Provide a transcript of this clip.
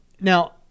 Now